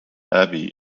abbey